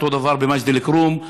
אותו דבר במג'ד אל-כרום.